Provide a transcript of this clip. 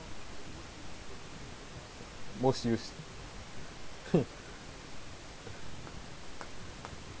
mm most used